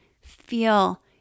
Feel